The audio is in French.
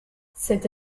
cette